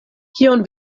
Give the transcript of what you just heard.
kion